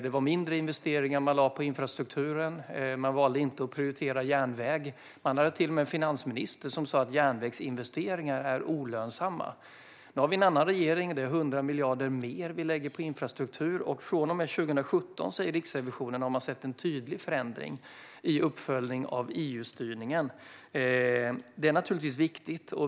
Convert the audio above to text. Man lade mindre investeringar på infrastrukturen, man valde inte att prioritera järnväg och man hade till och med en finansminister som sa att järnvägsinvesteringar är olönsamma. Men nu har vi en annan regering. Vi lägger 100 miljarder mer på infrastruktur, och från och med 2017, säger Riksrevisionen, ser man en tydlig förändring i uppföljningen av EU-styrningen. Detta är naturligtvis viktigt.